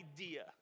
idea